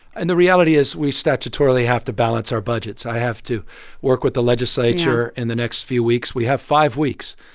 and the reality is we statutorily have to balance our budgets. i have to work with the legislature in the next few weeks. we have five weeks.